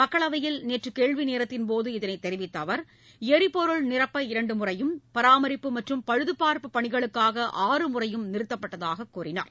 மக்களவையில் நேற்றுகேள்விநேரத்தின் போது இதனைத் தெரிவித்தஅவர் எரிபொருள் நிரப்ப இரண்டுமுறையும் பராமரிப்பு மற்றும் பழுதுபார்ப்பு பணிகளுக்காக ஆறு முறையும் நிறுத்தப்பட்டதாகக் கூறினார்